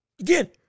again